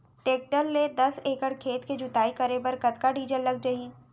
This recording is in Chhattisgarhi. टेकटर ले दस एकड़ खेत के जुताई करे बर कतका डीजल लग जाही?